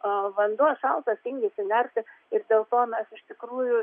o vanduo šaltas tingisi nerti ir dėl to mes iš tikrųjų